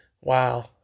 Wow